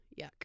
yuck